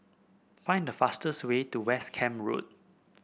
find the fastest way to West Camp Road